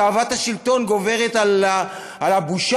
תאוות השלטון גוברת על הבושה?